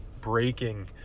breaking